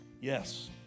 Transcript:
yes